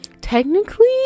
Technically